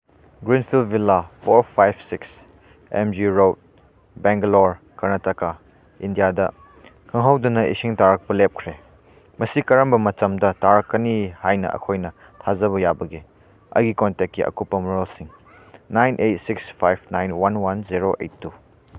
greenfield villa four five six M G road Bangalore Karnataka ꯏꯟꯗꯤꯌꯥꯗ ꯈꯪꯍꯧꯗꯅ ꯏꯁꯤꯡ ꯇꯥꯔꯛꯄ ꯂꯦꯞꯈ꯭ꯔꯦ ꯃꯁꯤ ꯀꯔꯝꯕ ꯃꯇꯝꯗ ꯇꯥꯔꯛꯀꯅꯤ ꯍꯥꯏꯅ ꯑꯩꯈꯣꯏꯅ ꯊꯥꯖꯕ ꯌꯥꯕꯒꯦ ꯑꯩꯒꯤ ꯀꯟꯇꯦꯛꯀꯤ ꯑꯀꯨꯞꯄ ꯃꯔꯣꯜꯁꯤꯡ nine eight six five nine one one zero eight two